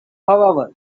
however